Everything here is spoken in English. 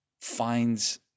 finds